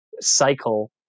cycle